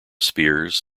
spears